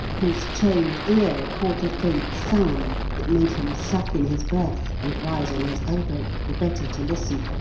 his trained ear caught a faint sound that made him suck in his breath and rise on his elbow, the better to listen